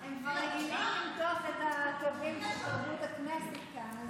הם כבר רגילים למתוח את הקווים של תרבות הכנסת כאן,